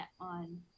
on